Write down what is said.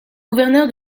gouverneur